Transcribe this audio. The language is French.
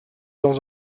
dans